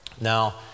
Now